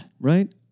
Right